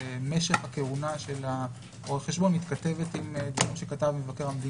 בבנקים המפקח על הבנקים מחייב כל שמונה שנים החלפת רואה חשבון מבקר של